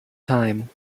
time